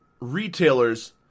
retailers